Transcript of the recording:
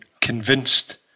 convinced